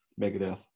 Megadeth